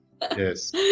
yes